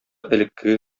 элеккеге